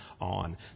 on